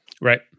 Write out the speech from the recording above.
Right